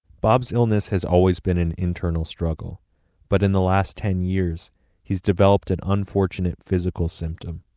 bob's illness has always been an internal struggle but in the last ten years he's developed an unfortunate physical symptom.